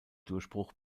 durchbruch